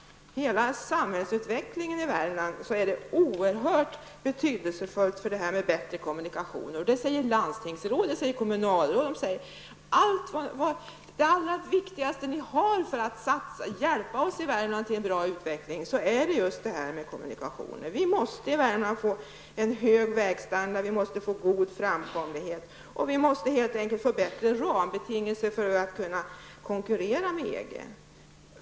Bättre kommunikationer är oerhört betydelsefulla för samhällsutvecklingen i Värmland. Landstingsråd och kommunalråd säger att den viktigaste hjälpen till Värmland är just kommunikationer. I Värmland måste vi få en hög vägstandard, god framkomlighet och bättre rambetingelser för att kunna konkurrera med EG.